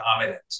dominant